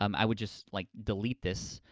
um i would just like delete this,